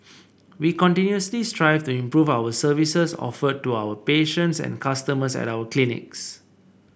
we continuously strive to improve our services offered to our patients and customers at our clinics